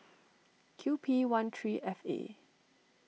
Q P one three F A